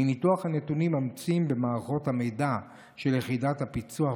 מניתוח הנתונים המצויים במערכות המידע של יחידת הפיצו"ח